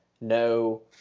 no